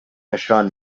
نشان